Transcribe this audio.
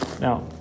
Now